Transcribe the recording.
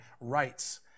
rights